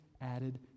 added